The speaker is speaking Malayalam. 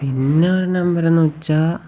പിന്നെ ഒരു നമ്പരെന്നുവച്ചാല്